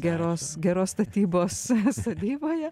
geros geros statybos sodyboje